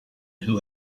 who